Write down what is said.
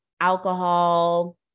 alcohol